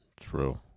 True